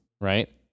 Right